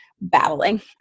battling